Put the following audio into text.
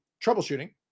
troubleshooting